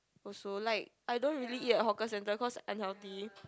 also like I don't really eat at hawker center cause unhealthy